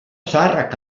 zaharrak